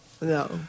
No